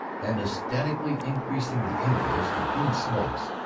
and ecstatically increasing the intervals between smokes,